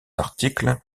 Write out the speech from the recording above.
articles